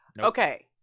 okay